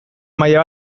maila